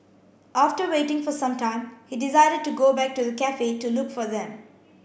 after waiting for some time he decided to go back to the cafe to look for them